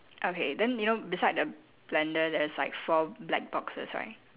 okay then you know beside the blender there's like four black boxes right